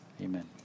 amen